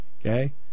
Okay